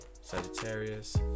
Sagittarius